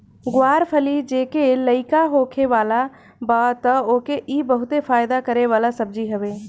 ग्वार फली जेके लईका होखे वाला बा तअ ओके इ बहुते फायदा करे वाला सब्जी हवे